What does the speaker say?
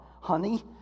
honey